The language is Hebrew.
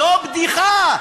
זו בדיחה.